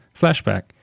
flashback